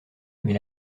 mais